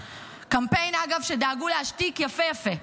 קמפיין, אגב, שדאגו להשתיק יפה יפה.